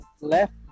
left